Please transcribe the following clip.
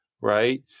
right